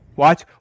Watch